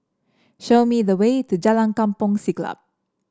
show me the way to Jalan Kampong Siglap